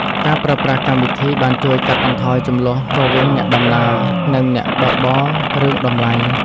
ការប្រើប្រាស់កម្មវិធី បានជួយកាត់បន្ថយជម្លោះរវាងអ្នកដំណើរ និងអ្នកបើកបររឿងតម្លៃ។